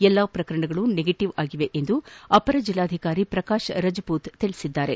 ಎಲ್ಲಾ ಪ್ರಕರಣಗಳು ನೆಗೆಟಿವ್ ಆಗಿವೆ ಎಂದು ಅಪರ ಜಲ್ಲಾಧಿಕಾರಿ ಪ್ರಕಾಶ್ ರಜಮೂತ್ ತಿಳಿಸಿದ್ದಾರೆ